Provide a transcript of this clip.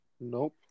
Nope